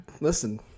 listen